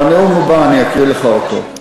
בנאום הבא אני אקריא לך אותו.